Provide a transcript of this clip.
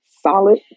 solid